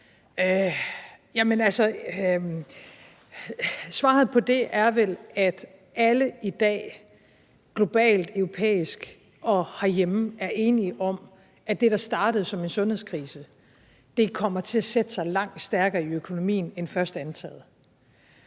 svaret på det er vel, at alle i dag globalt, europæisk og herhjemme er enige om, at det, der startede som en sundhedskrise, kommer til at sætte sig langt stærkere i økonomien end først antaget.